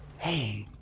hey!